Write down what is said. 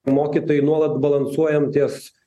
mokytojai nuolat balansuojam ties